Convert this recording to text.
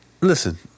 listen